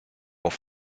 off